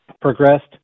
progressed